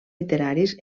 literaris